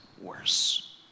worse